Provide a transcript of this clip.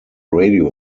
radio